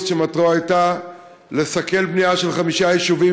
שמטרתו הייתה לסכל בנייה של חמישה יישובים,